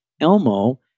Elmo